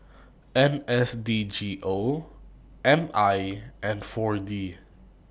N S D G O M I and four D